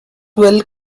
will